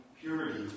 purity